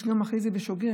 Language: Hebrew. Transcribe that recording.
יש אחרי זה גם רצח בשוגג.